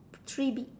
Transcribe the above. three be~